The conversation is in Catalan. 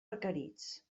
requerits